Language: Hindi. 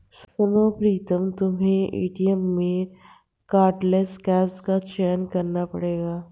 सुनो प्रीतम तुम्हें एटीएम में कार्डलेस कैश का चयन करना पड़ेगा